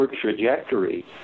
trajectory